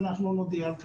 אנחנו נודיע על כך.